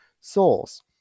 souls